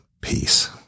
Peace